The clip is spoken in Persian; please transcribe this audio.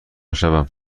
شوم